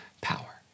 power